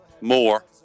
More